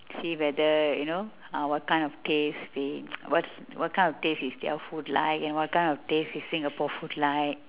see whether you know uh what kind of taste they what's what kind of taste is their food like and what kind of taste is singapore food like